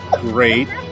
great